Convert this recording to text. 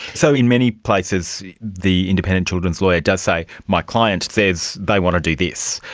so in many places the independent children's lawyer does say, my client says they want to do this,